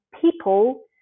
people